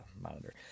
monitor